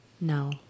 No